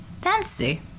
Fancy